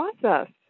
process